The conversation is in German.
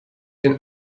den